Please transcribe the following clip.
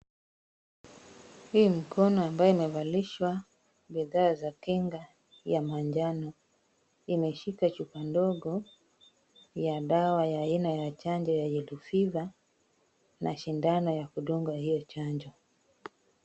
Hii mkono ambayo imevalishwa bidhaa za kinga ya manjano, imeshika chupa ndogo ya dawa ya aina ya chanjo ya yellow fever , na sindano ya kudunga hiyo chanjo.